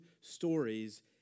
stories